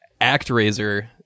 ActRaiser